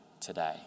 today